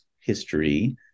history